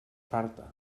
farta